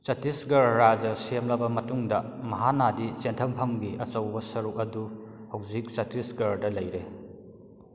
ꯆꯇꯤꯁꯒꯔ ꯔꯥꯖ꯭ꯌ ꯁꯦꯝꯂꯕ ꯃꯇꯨꯡꯗ ꯃꯍꯥꯅꯥꯗꯤ ꯆꯦꯟꯊꯐꯝꯒꯤ ꯑꯆꯧꯕ ꯁꯔꯨꯛ ꯑꯗꯨ ꯍꯧꯖꯤꯛ ꯆꯇꯤꯁꯒꯔꯗ ꯂꯩꯔꯦ